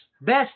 best